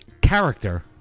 character